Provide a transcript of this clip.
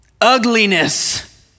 ugliness